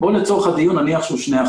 בואו לצורך הדיון נניח שהוא 2%,